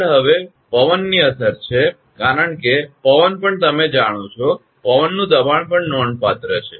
આગળ હવે પવનની અસર છે કારણ કે પવન પણ તમે જાણો છો પવનનું દબાણ પણ નોંધપાત્ર છે